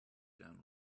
down